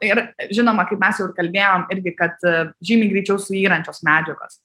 ir žinoma kaip mes jau ir kalbėjom irgi kad žymiai greičiau suyrančios medžiagos